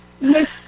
Miss